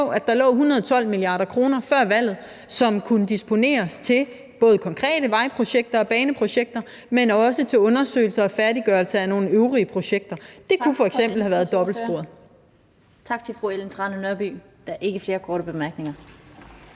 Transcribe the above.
at der lå 112 mia. kr. før valget, som kunne disponeres til både konkrete vejprojekter og baneprojekter, men også til undersøgelser og færdiggørelse af nogle øvrige projekter. Det kunne f.eks. have været dobbeltsporet.